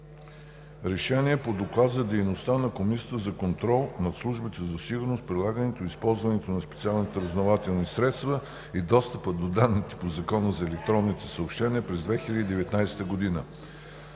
РЕШЕНИЕ по Доклад за дейността на Комисията за контрол над службите за сигурност, прилагането и използването на специалните разузнавателни средства и достъпа до данните по Закона за електронните съобщения през 2019 г.